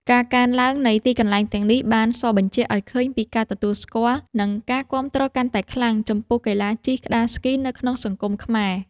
ការកើនឡើងនៃទីកន្លែងទាំងនេះ បានសបញ្ជាក់ឱ្យឃើញពីការទទួលស្គាល់ និងការគាំទ្រកាន់តែខ្លាំងចំពោះកីឡាជិះក្ដារស្គីនៅក្នុងសង្គមខ្មែរ។